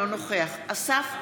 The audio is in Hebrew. אינו נוכח אסף זמיר,